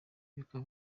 y’uko